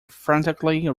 frantically